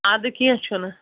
اَدٕ کیٚنٛہہ چھُنہٕ